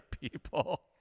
people